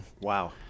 Wow